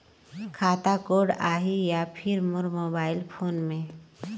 खाता कोड आही या फिर मोर मोबाइल फोन मे?